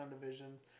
divisions